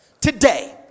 Today